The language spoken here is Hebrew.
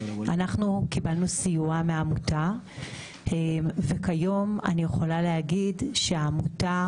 אנחנו קיבלנו סיוע מהעמותה וכיום אני יכולה להגיד שהעמותה